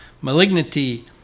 Malignity